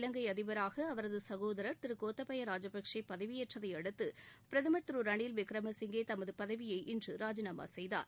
இலங்கை அதிபராக அவரது சகோதரர் திரு கோத்தபைய ராஜபக்ஷே பதவியேற்றதை அடுத்து பிரதமர் திரு ரணில் விக்ரமசிங்கே தமது பதவியை இன்று ராஜிநாமா செய்தார்